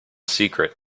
secret